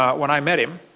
when i met him.